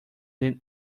than